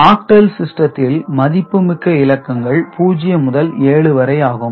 octal சிஸ்டத்தில் மதிப்புமிக்க இலக்கங்கள் 0 முதல் 7 வரை ஆகும்